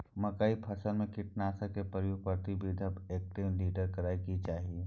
मकई फसल में कीटनासक के प्रयोग प्रति बीघा कतेक लीटर करय के चाही?